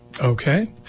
Okay